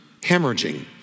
hemorrhaging